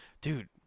Dude